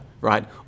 right